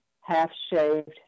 half-shaved